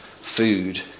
Food